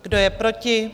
Kdo je proti?